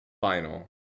Final